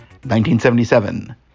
1977